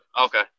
Okay